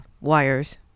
wires